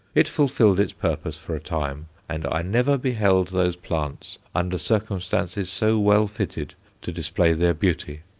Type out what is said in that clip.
it fulfilled its purpose for a time, and i never beheld those plants under circumstances so well fitted to display their beauty.